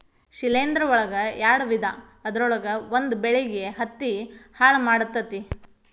ಶಿಲೇಂಧ್ರ ಒಳಗ ಯಾಡ ವಿಧಾ ಅದರೊಳಗ ಒಂದ ಬೆಳಿಗೆ ಹತ್ತಿ ಹಾಳ ಮಾಡತತಿ